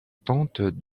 tante